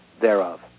thereof